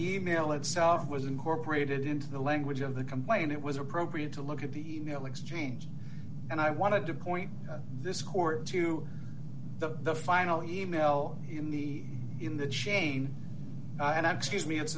e mail itself was incorporated into the language of the complaint it was appropriate to look at the e mail exchange and i wanted to point this court to the the final email in the in the chain and excuse me i